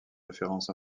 références